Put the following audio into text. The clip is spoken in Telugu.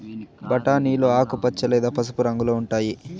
బఠానీలు ఆకుపచ్చ లేదా పసుపు రంగులో ఉంటాయి